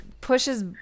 pushes